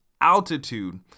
altitude